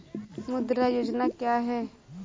मुद्रा योजना क्या है?